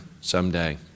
someday